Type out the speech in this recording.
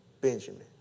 Benjamin